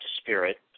spirit